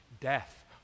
death